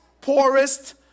poorest